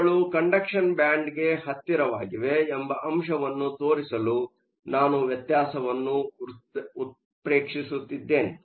ಅವುಗಳು ಕಂಡಕ್ಷನ್ ಬ್ಯಾಂಡ್ಗೆ ಹತ್ತಿರವಾಗಿವೆ ಎಂಬ ಅಂಶವನ್ನು ತೋರಿಸಲು ನಾನು ವ್ಯತ್ಯಾಸವನ್ನು ಉತ್ಪ್ರೇಕ್ಷಿಸುತ್ತಿದ್ದೇನೆ